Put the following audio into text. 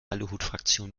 aluhutfraktion